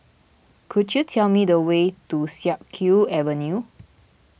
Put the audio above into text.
could you tell me the way to Siak Kew Avenue